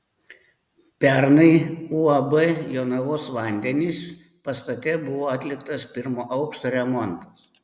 pernai uab jonavos vandenys pastate buvo atliktas pirmo aukšto remontas